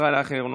ישראל אייכלר,